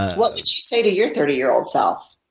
what would you say to your thirty year old self?